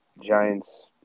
Giants